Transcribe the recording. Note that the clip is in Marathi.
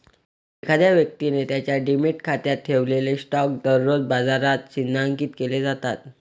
एखाद्या व्यक्तीने त्याच्या डिमॅट खात्यात ठेवलेले स्टॉक दररोज बाजारात चिन्हांकित केले जातात